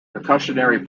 precautionary